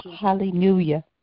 Hallelujah